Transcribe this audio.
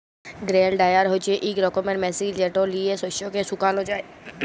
grain dryer হছে ইক রকমের মেশিল যেট লিঁয়ে শস্যকে শুকাল যায়